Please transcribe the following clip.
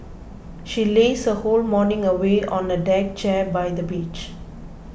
she lazed her whole morning away on a deck chair by the beach